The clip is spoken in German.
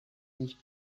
nicht